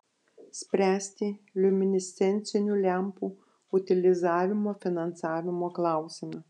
spręsti liuminescencinių lempų utilizavimo finansavimo klausimą